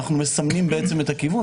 אנחנו מסמנים את הכיוון,